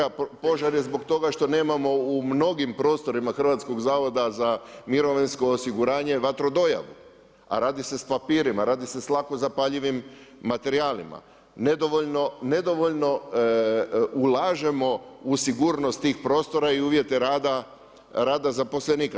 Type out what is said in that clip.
A požar je zbog toga što nemamo u mnogim prostorima Hrvatskog zavoda za mirovinsko osiguranje vatrodojavu, a radi se sa papirima, radi se sa lako zapaljivim materijalima, nedovoljno ulažemo u sigurnost tih prostora i uvjete rada zaposlenika.